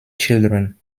children